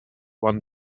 one